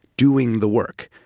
doing the work,